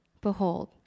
behold